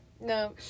No